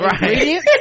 Right